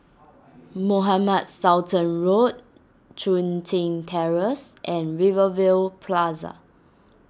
Mohamed Sultan Road Chun Tin Terrace and Rivervale Plaza